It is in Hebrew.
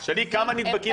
תשאלי כמה נדבקים